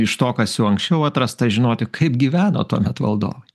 iš to kas jau anksčiau atrasta žinoti kaip gyveno tuomet valdovai